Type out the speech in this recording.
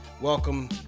Welcome